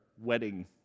wedding